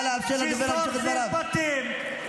נא לאפשר לדובר לסיים את דבריו.